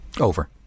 Over